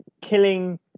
killing